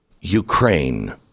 ukraine